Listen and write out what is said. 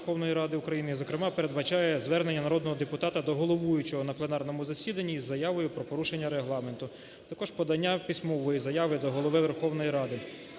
Верховної Ради України і зокрема передбачає звернення народного депутата до головуючого на пленарному засіданні із заявою про порушення Регламенту. Також подання письмової заяви до Голови Верховної Ради